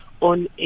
on